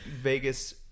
Vegas